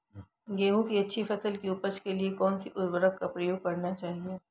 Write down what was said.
गेहूँ की अच्छी फसल की उपज के लिए कौनसी उर्वरक का प्रयोग करना चाहिए?